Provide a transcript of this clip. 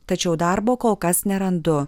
tačiau darbo kol kas nerandu